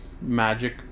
magic